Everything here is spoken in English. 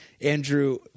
Andrew